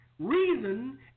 Reason